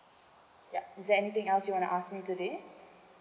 ya is there anything else you want to ask me today